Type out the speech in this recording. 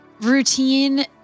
Routine